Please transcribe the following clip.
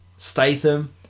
statham